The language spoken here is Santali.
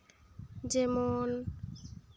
ᱡᱮᱢᱚᱱ